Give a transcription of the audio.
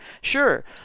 Sure